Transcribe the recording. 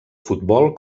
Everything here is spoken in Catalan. futbol